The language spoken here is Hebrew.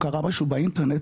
הוא קרא משהו באינטרנט,